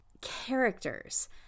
characters